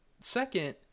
Second